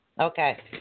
Okay